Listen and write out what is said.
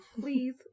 please